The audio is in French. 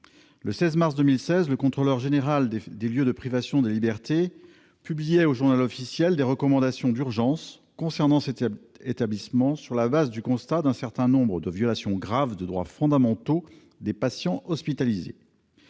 Le 16 mars 2016, le Contrôleur général des lieux de privation des libertés publiait au des recommandations d'urgence concernant cet établissement, sur la base du constat d'un certain nombre de violations graves des droits fondamentaux des patients hospitalisés.